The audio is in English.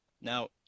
Now